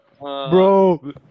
Bro